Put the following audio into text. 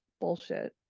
bullshit